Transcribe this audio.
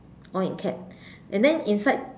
all in caps and then inside